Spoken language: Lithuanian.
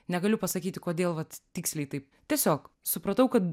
negaliu pasakyti kodėl vat tiksliai taip tiesiog supratau kad